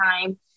time